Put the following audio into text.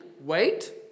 wait